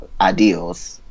ideals